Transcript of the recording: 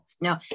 no